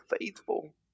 faithful